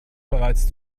bereits